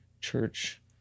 church